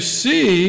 see